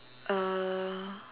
uh